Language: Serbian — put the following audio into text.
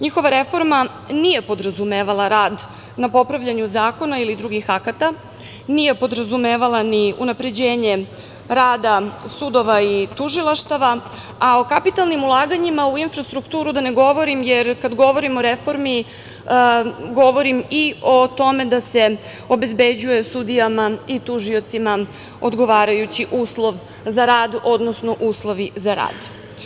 Njihova reforma nije podrazumevala rad na popravljanju zakona ili drugih akata, nije podrazumevala ni unapređenje rada sudova i tužilaštava, a o kapitalnim ulaganjima u infrastrukturu da ne govorim, jer kad govorim o reformi govorim i o tome da se obezbeđuje sudijama i tužiocima odgovarajući uslov za rad, odnosno uslovi za rad.